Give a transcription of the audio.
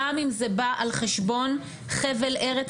גם אם זה בא על חשבון חבל ארץ,